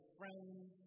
friends